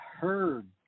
heard